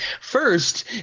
First